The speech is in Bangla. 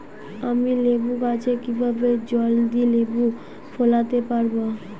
আমি লেবু গাছে কিভাবে জলদি লেবু ফলাতে পরাবো?